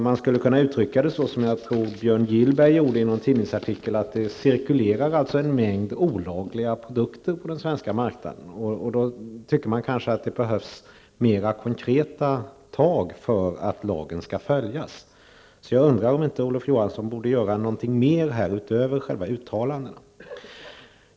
Man skulle kunna uttrycka det så som jag tror att Björn Gillberg gjorde i en tidningsartikel, nämligen att det cirkulerar en mängd olagliga produkter på den svenska marknaden. Man tycker då att det skulle behövas mera konkreta åtgärder för att lagen skall följas. Jag undrar om inte Olof Johansson borde göra något mera utöver själva uttalandena.